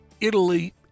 Italy